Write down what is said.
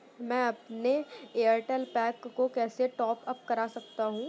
मैं अपने एयरटेल पैक को कैसे टॉप अप कर सकता हूँ?